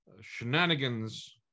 shenanigans